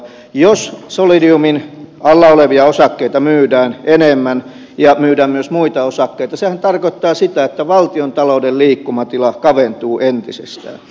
jos solidiumin alla olevia osakkeita myydään enemmän ja myydään myös muita osakkeita sehän tarkoittaa sitä että valtiontalouden liikkumatila kaventuu entisestään